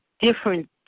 different